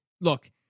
look